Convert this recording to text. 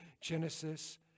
Genesis